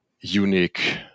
Unique